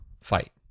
fight